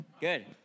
Good